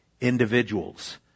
individuals